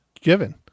given